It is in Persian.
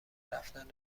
رفتن